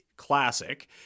classic